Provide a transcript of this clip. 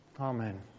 Amen